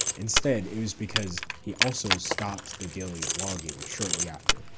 instead it was because he also stopped the daily vlogging shortly after.